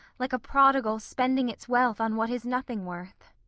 like a prodigal spending its wealth on what is nothing worth.